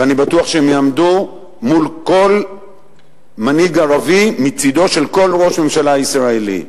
ואני בטוח שהם יעמדו מול כל מנהיג ערבי מצדו של כל ראש ממשלה ישראלי.